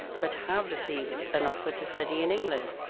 but have received an offer to study in england.